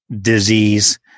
disease